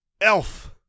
Elf